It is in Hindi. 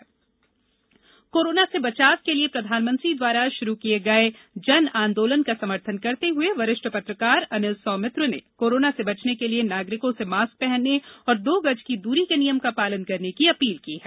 जन आंदोलन कोरोना से बचाव के लिए प्रधानमंत्री द्वारा शुरू किये गये जन आंदोलन का समर्थन करते हुए वरिष्ठ पत्रकार अनिल सौमित्र ने कोरोना से बचने के लिए नागरिकों से मास्क पहनने और दो गज की दूरी के नियम का पालन करने की अपील की है